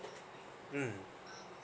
mm